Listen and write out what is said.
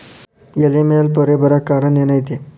ಎಲೆ ಮ್ಯಾಲ್ ಪೊರೆ ಬರಾಕ್ ಕಾರಣ ಏನು ಐತಿ?